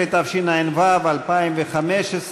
16), התשע"ו 2015,